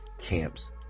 camps